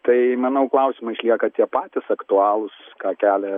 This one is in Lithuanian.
tai manau klausimai išlieka tie patys aktualūs ką kelia